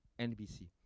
NBC